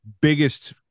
biggest